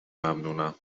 ممنونم